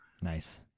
Nice